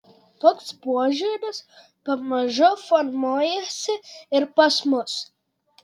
toks požiūris pamažu formuojasi ir pas mus